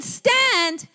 stand